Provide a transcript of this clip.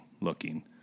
looking